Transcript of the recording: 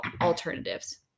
alternatives